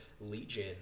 Legion